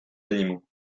animaux